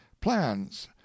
plans